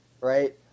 right